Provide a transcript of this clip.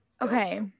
Okay